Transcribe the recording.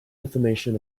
information